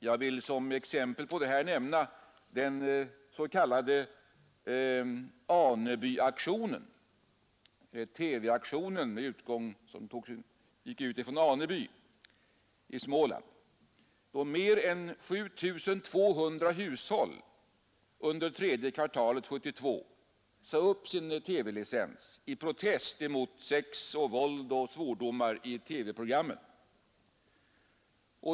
Jag vill som exempel på detta nämna den s.k. Anebyaktionen, dvs. TV-aktionen som gick ut från Aneby i Småland och som innebar att mer än 7 200 hushåll under tredje kvartalet 1972 sade upp sin TV-licens i protest mot sex, våld och svordomar i TV-programmen.